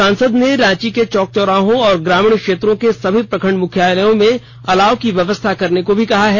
सांसद ने रांची के चौक चौराहों और ग्रामीण क्षेत्र के सभी प्रखंड मुख्यलयों में अलाव की व्यवस्था करने को कहा है